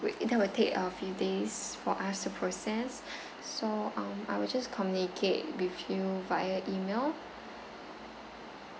we that will take a few days for us to process so um I will just communicate with you via email